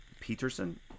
Peterson